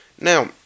Now